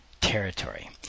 territory